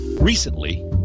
Recently